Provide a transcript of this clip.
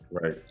Right